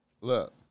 Look